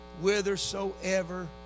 whithersoever